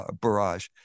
barrage